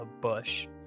bush